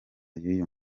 y’uyu